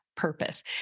purpose